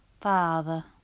father